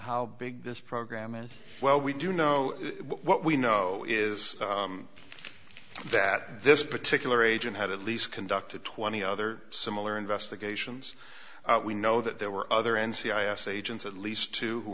how big this program is well we do know what we know is that this particular agent had at least conducted twenty other similar investigations we know that there were other and c i s agents at least two who